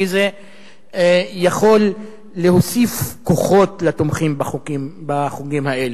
כי זה יכול להוסיף כוחות לתומכים בחוגים האלה.